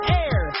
air